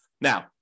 Now